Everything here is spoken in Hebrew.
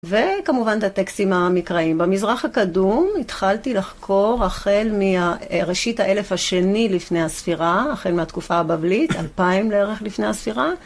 וכמובן, את הטקסטים המקראיים. במזרח הקדום התחלתי לחקור החל מראשית האלף השני לפני הספירה, החל מהתקופה הבבלית, אלפיים לערך לפני הספירה.